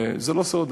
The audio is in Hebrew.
זה לא סוד.